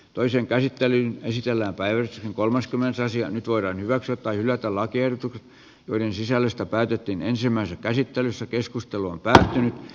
toisen käsittelyn sisällä päivä kolmaskymmenes asia nyt voidaan hyväksyä tai hylätä lakiehdotukset joiden sisällöstä päätettiin ensimmäisessä käsittelyssä keskusteluun päähän